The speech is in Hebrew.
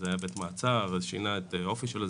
זה היה בית מעצר, שינה את האופי שלו.